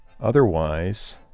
Otherwise